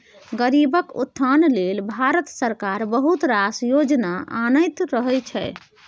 गरीबक उत्थान लेल भारत सरकार बहुत रास योजना आनैत रहय छै